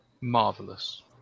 Marvelous